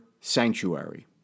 sanctuary